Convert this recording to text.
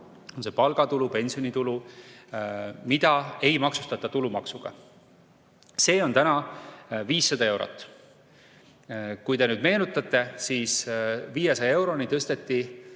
on see palgatulu, pensionitulu –, mida ei maksustata tulumaksuga. See on täna 500 eurot. Kui te meenutate, siis 500 euroni tõsteti